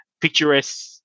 picturesque